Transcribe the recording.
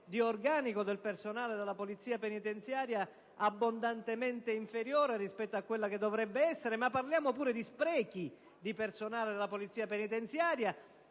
di organico del personale della Polizia penitenziaria abbondantemente inferiore rispetto a quella che dovrebbe essere, ma parliamo pure di sprechi di personale della Polizia penitenziaria,